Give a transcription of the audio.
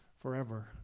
forever